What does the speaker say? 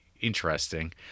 interesting